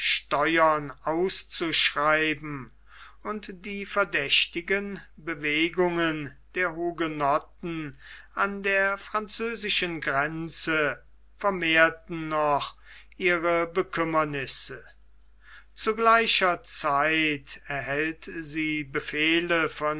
steuern auszuschreiben und die verdächtigen bewegungen der hugenotten an der französischen grenze vermehrten noch ihre bekümmernisse zu gleicher zeit erhält sie befehle